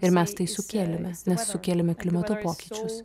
ir mes tai sukėlėme nes nesukėlėme klimato pokyčius